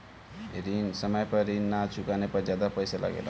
समय पर ऋण ना चुकाने पर ज्यादा पईसा लगेला?